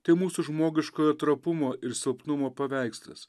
tai mūsų žmogiškojo trapumo ir silpnumo paveikslas